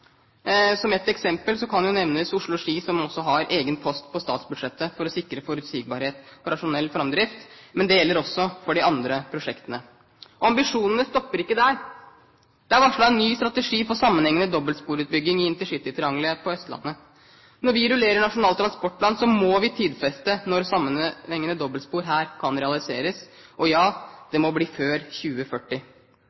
Som et eksempel kan jo nevnes Oslo–Ski, som også har egen post på statsbudsjettet for å sikre forutsigbarhet og rasjonell framdrift, men det gjelder også for de andre prosjektene. Ambisjonene stopper ikke der. Det er varslet en ny strategi for sammenhengende dobbeltsporutbygging i intercitytriangelet på Østlandet. Når vi rullerer Nasjonal transportplan, må vi tidfeste når sammenhengende dobbeltspor her kan realiseres. Og ja,